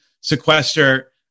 sequester